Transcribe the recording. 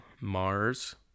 Mars